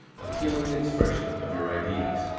appealing expression of your ideas.